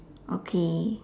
okay